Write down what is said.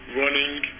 running